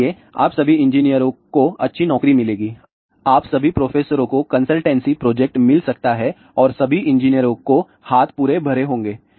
इसलिए आप सभी इंजीनियरों को अच्छी नौकरी मिलेगी आप सभी प्रोफेसरों को कंसल्टेंसी प्रोजेक्ट मिल सकता है और सभी इंजीनियरों को हाथ पूरे भरे होंगे